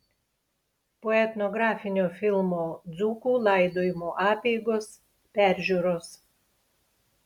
po etnografinio filmo dzūkų laidojimo apeigos peržiūros